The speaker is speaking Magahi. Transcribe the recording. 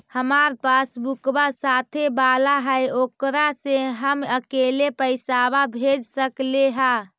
हमार पासबुकवा साथे वाला है ओकरा से हम अकेले पैसावा भेज सकलेहा?